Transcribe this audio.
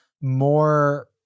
more